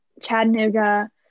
chattanooga